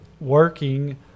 working